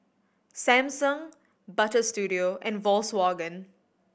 Samsung Butter Studio and Volkswagen